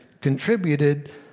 contributed